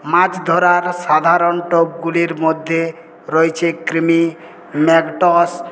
মাছ ধরার সাধারণ টোপগুলির মধ্যে রয়েছে কৃমি ম্যাকস